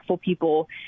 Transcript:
people